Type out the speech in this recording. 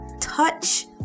touch